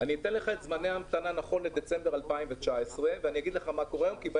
אתן את זמני ההמתנה על דצמבר 2019 ואת זמני ההמתנה כיום.